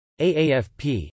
AAFP